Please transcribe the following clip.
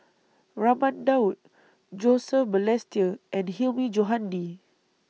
Raman Daud Joseph Balestier and Hilmi Johandi